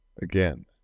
again